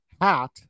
hat